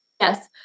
Yes